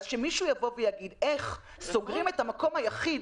אז שמישהו יבוא ויגיד איך סוגרים את המקום היחיד